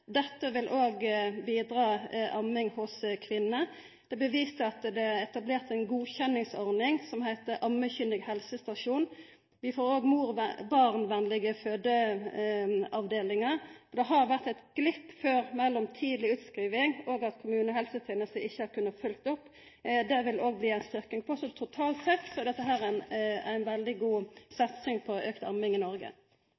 Dette vil òg bidra til amming hos kvinner. Det blir vist til at det er etablert ei godkjenningsordning som heiter «ammekyndig helsestasjon». Vi får òg mor/barn-venlege fødeavdelingar. Før har det vore ein glip mellom tidleg utskriving og at kommunehelsetenesta ikkje har kunna følgt opp. Dette vil det òg bli ei styrking på, så totalt sett er dette ei veldig god